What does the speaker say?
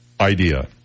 idea